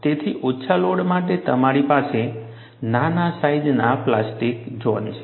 તેથી ઓછા લોડ માટે તમારી પાસે નાના સાઈજના પ્લાસ્ટિક ઝોન છે